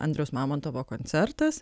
andriaus mamontovo koncertas